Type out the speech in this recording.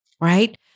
right